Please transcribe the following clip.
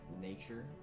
nature